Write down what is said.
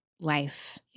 life